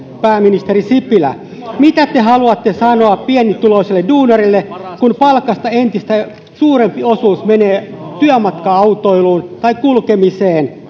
pääministeri sipilä mitä te haluatte sanoa pienituloiselle duunarille kun palkasta entistä suurempi osuus menee ensi vuosikymmenellä työmatka autoiluun tai kulkemiseen